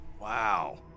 Wow